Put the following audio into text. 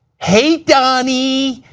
hey, donnie,